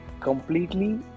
completely